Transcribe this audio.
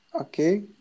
Okay